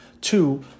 two